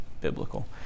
biblical